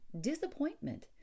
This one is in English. disappointment